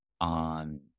on